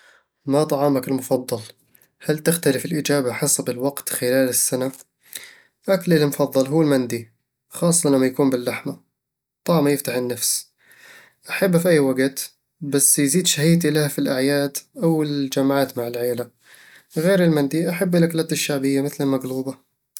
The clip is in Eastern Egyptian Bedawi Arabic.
ما طعامك المفضل؟ هل تختلف الإجابة حسب الوقت خلال السنة؟ أكلي المفضل هو المندي، خاصة لما يكون باللحمة، طعمه يفتح النفس أحبه في أي وقت، بس يزيد شهيتي له في الأعياد أو الجمعات مع العيلة غير المندي، أحب الأكلات الشعبية مثل المقلوبة